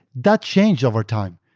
that changed over time.